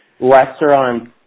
restaurants